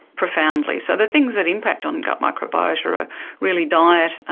profoundly. so the things that impact on gut microbiota are really diet,